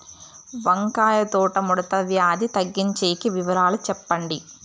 వంకాయ తోట ముడత వ్యాధి తగ్గించేకి వివరాలు చెప్పండి?